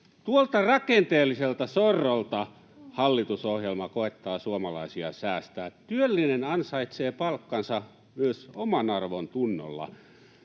Tuolta rakenteelliselta sorrolta hallitusohjelma koettaa suomalaisia säästää. Työllinen ansaitsee palkkansa myös omanarvontunnolla.